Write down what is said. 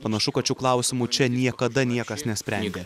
panašu kad šių klausimų čia niekada niekas nesprendė